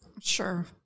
Sure